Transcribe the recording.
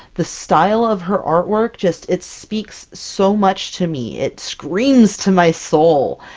the style of her artwork just it speaks so much to me! it screams to my soul,